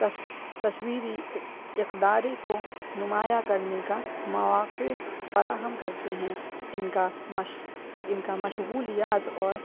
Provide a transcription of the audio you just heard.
تص تصویری اقداری کو نمایاں کرنے کا مواقع فراہم کرتے ہیں ان کا مش ان کا مشغولیات اور